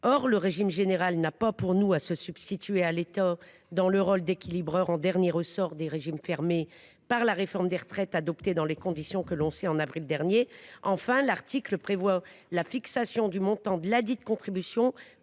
Or le régime général n’a pas, selon nous, à se substituer à l’État dans le rôle d’équilibreur en dernier ressort des régimes fermés par la réforme des retraites, adoptée dans les conditions que l’on sait en avril dernier. Enfin, l’article prévoit la fixation du montant de ladite contribution